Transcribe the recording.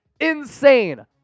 insane